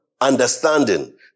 understanding